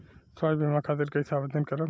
स्वास्थ्य बीमा खातिर कईसे आवेदन करम?